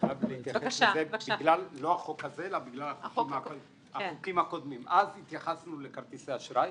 אז התייחסנו לכרטיסי אשראי.